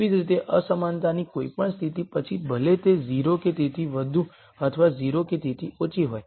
તેવી જ રીતે અસમાનતાની કોઈપણ સ્થિતિ પછી ભલે તે 0 કે તેથી વધુ અથવા 0 કે તેથી ઓછી હોય